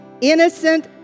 innocent